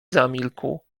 zamilkł